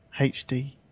HD